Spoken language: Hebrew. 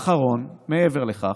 בתקציב האחרון, קופות החולים לא, מעבר לכך,